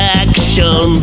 action